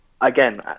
again